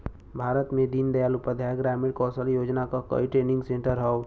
भारत में दीन दयाल उपाध्याय ग्रामीण कौशल योजना क कई ट्रेनिंग सेन्टर हौ